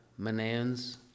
Manans